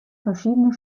verschiedene